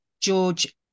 George